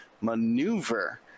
maneuver